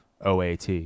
OAT